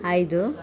ಐದು